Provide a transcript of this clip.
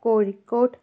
Kozhikode